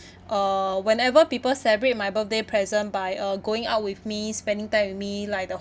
uh whenever people celebrate my birthday present by uh going out with me spending time with me like the